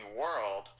World